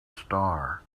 star